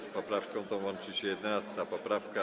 Z poprawką tą łączy się 11. poprawka.